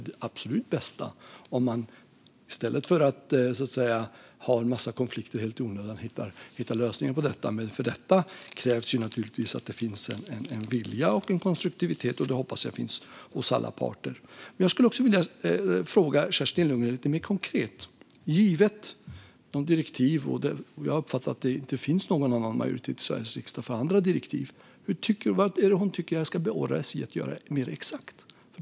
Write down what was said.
Det absolut bästa vore om man i stället för att ha en massa konflikter helt i onödan hittar lösningar på detta. Då krävs det naturligtvis att det finns en vilja och en konstruktivitet. Och det hoppas jag finns hos alla parter. Men jag skulle också vilja fråga Kerstin Lundgren lite mer konkret. Givet direktiven - jag har uppfattat att det inte finns någon majoritet i Sveriges för andra direktiv - vad tycker Kerstin Lundgren att jag mer exakt ska beordra SJ att göra?